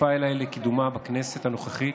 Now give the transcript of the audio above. שהצטרפה לקידומה בכנסת הנוכחית,